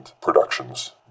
productions